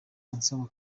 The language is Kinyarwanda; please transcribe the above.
ansaba